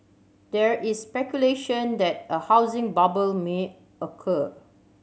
there is speculation that a housing bubble may occur